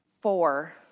four